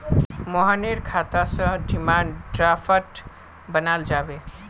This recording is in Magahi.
मोहनेर खाता स डिमांड ड्राफ्ट बनाल जाबे